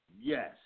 Yes